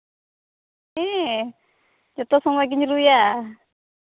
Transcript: ᱦᱮᱸ ᱡᱚᱛᱚ ᱥᱚᱢᱚᱭ ᱜᱤᱧ ᱨᱩᱭᱟ